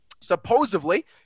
supposedly